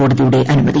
കോടതിയുടെ അനുമതി